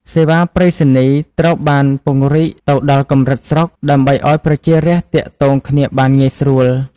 សេវាប្រៃសណីយ៍ត្រូវបានពង្រីកទៅដល់កម្រិតស្រុក ដើម្បីឱ្យប្រជារាស្ត្រទាក់ទងគ្នាបានងាយស្រួល។